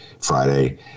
Friday